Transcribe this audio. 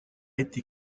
été